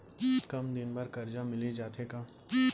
कम दिन बर करजा मिलिस जाथे का?